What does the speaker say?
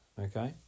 okay